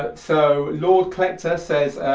but so lordclecter says,